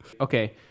okay